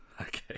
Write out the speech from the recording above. Okay